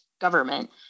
government